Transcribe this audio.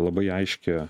labai aiškią